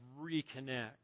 reconnect